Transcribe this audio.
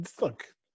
Look